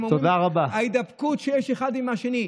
הם אומרים, ההידבקות שיש אחד מהשני.